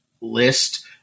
list